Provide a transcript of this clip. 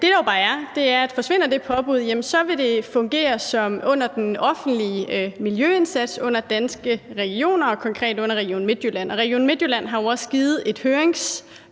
forsvinder det påbud, så vil det fungere under den offentlige miljøindsats under Danske Regioner, konkret under Region Midtjylland. Region Midtjylland har også givet et høringssvar